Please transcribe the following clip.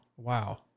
wow